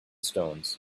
stones